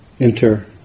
enter